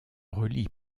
relient